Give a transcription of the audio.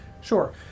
Sure